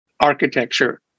architecture